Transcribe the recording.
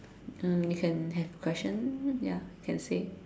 uh can have any question ya can say